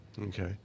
Okay